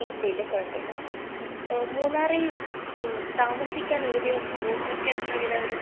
ഇല്ലില്ല കുഴപ്പമില്ല മൂന്നാറിൽ താമസിക്കാൻ ഒരു ദിവസം റൂമിനൊക്കെ എത്ര വില വരും